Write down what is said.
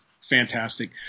fantastic